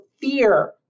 fear